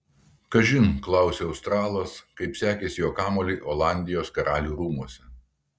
kažin klausia australas kaip sekėsi jo kamuoliui olandijos karalių rūmuose